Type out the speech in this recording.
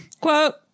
Quote